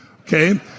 Okay